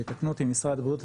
שיתקנו אותי משרד הבריאות,